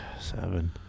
seven